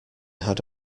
had